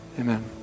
Amen